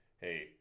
hey